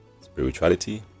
spirituality